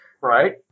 Right